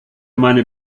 meine